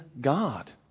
God